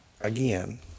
again